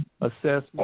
assessment